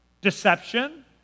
deception